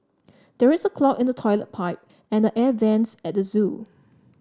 there is a clog in the toilet pipe and the air vents at the zoo